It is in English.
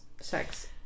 Sex